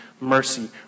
mercy